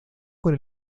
con